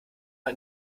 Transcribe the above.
man